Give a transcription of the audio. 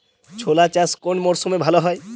ছোলা চাষ কোন মরশুমে ভালো হয়?